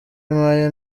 impaye